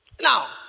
Now